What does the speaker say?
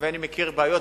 אני מכיר בעיות,